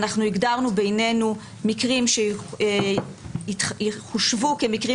אנחנו הגדרנו בינינו מקרים שיחושבו כמקרים